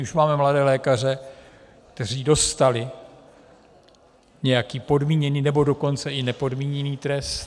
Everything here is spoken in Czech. Už máme mladé lékaře, kteří dostali nějaký podmíněný, nebo dokonce i nepodmíněný trest.